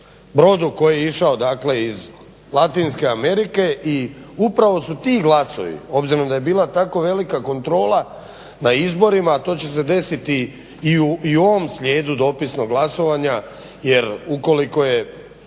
brodu koji je išao dakle iz Latinske Amerike i upravo su ti glasovi obzirom da je bila tako velika kontrola na izborima, a to će se desiti i u ovom slijedu dopisnog glasovanja jer ukoliko je